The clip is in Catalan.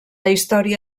història